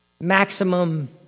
maximum